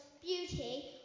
beauty